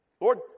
Lord